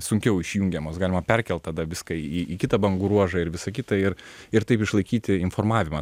sunkiau išjungiamos galima perkelt tada viską į į kitą bangų ruožą ir visa kita ir ir taip išlaikyti informavimą